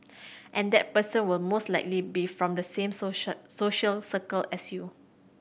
and that person will most likely be from the same social circle as you